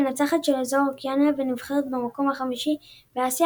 המנצחת של אזור אוקיאניה והנבחרת במקום החמישי באסיה